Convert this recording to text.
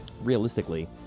realistically